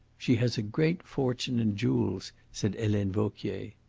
she has a great fortune in jewels, said helene vauquier.